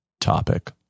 topic